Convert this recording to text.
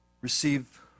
receive